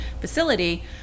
facility